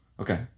Okay